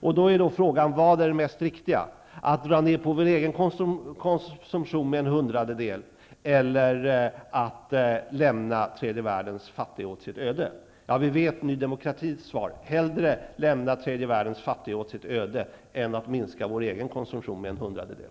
Frågan är då: Vad är det mest riktiga -- att dra ned på vår egen konsumtion med en hundradedel eller att lämna tredje världens fattiga åt sitt öde? Vi vet Ny demokratis svar: Hellre lämna tredje världens fattiga åt sitt öde än minska vår egen konsumtion med en hundradedel.